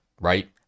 right